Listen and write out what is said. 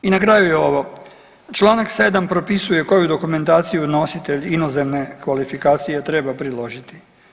I na kraju je ovo, Članak 7. propisuje koju dokumentaciju nositelj inozemne kvalifikacije treba priložiti.